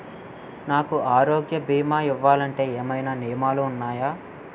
నాకు ఆరోగ్య భీమా ఇవ్వాలంటే ఏమైనా నియమాలు వున్నాయా?